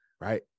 Right